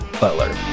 butler